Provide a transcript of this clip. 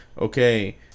okay